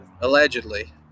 Allegedly